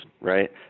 right